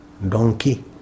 Donkey